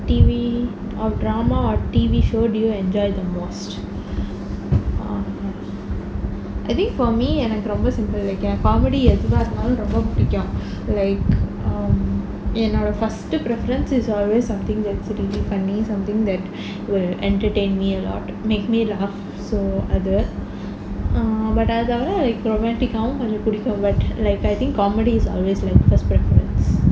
T_V or drama or T_V show do you enjoy the most um I think for me எனக்கு ரொம்ப:enakku romba simple எனக்கு:enakku comedy எதுவா இருந்தாலும் ரொம்ப புடிக்கும்:ethuvaa iruntaalum romba pudikkum like என்னோட:ennoda first preference is always something that really funny something that will entertain me a lot make me laugh so அது:athu but அதோட:athoda like romantic uh கொஞ்சம் புடிக்கும்:konjam pudikkum like I think comedy is always like first preference